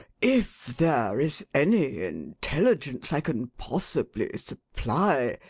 if there is any intelligence i can possibly supply,